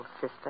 sister